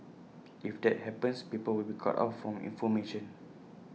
if that happens people will be cut off from information